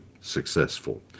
successful